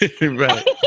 Right